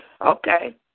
Okay